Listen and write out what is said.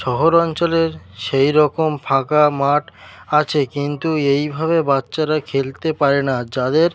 শহর অঞ্চলের সেই রকম ফাঁকা মাঠ আছে কিন্তু এইভাবে বাচ্চারা খেলতে পারে না যাদের